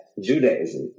Judaism